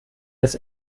des